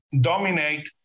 dominate